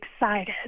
excited